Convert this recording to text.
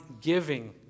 giving